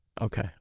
Okay